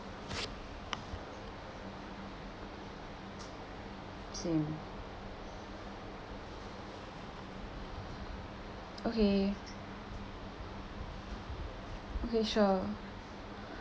same okay okay sure